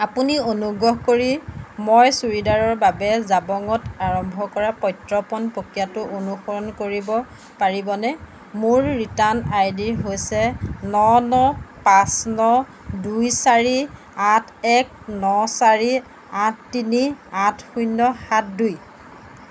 আপুনি অনুগ্ৰহ কৰি মই চুৰিদাৰৰ বাবে জাবংত আৰম্ভ কৰা প্ৰত্যৰ্পণ প্ৰক্ৰিয়াটো অনুসৰণ কৰিব পাৰিবনে মোৰ ৰিটাৰ্ণ আইডি হৈছে ন ন পাঁচ ন দুই চাৰি আঠ এক ন চাৰি আঠ তিনি আঠ শূন্য সাত দুই